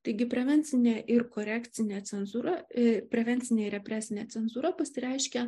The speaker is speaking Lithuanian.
taigi prevencinė ir korekcinė cenzūra prevencinė ir represinė cenzūra pasireiškia